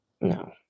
no